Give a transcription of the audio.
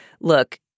look